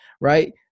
right